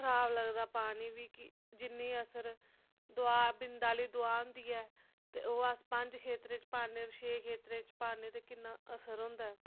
खराब लगदा पानी बी कि जिन्नी असर दवा बिंद आहली होंदी ऐ ते ओह् अस पंज खेत्तरें च पान्ने छे खेत्तरें च पान्ने ते किन्ना असर होंदा ऐ